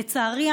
לצערי,